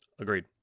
Agreed